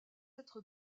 être